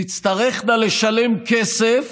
תצטרכנה לשלם כסף